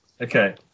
Okay